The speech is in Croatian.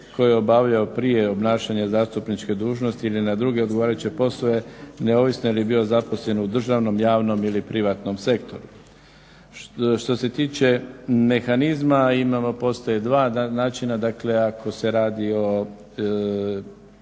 koje je obavljao prije obnašanja zastupničke dužnosti ili na druge odgovarajuće poslove, neovisno je li bio zaposlen u državnom, javnom ili privatnom sektoru. Što se tiče mehanizma, postoje dva načina, dakle ako se radi o